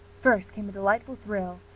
first came a delightful thrill,